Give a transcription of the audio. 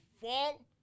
fall